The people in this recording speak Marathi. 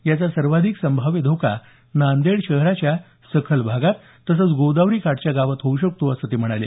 याचा सर्वाधिक संभाव्य धोका नांदेड शहराच्या सखल भागात तसंच गोदावरी काठच्या गावात होऊ शकतो असं ते म्हणाले